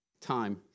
time